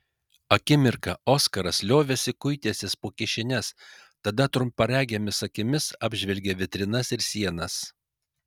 akimirką oskaras liovėsi kuitęsis po kišenes tada trumparegėmis akimis apžvelgė vitrinas ir sienas